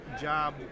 job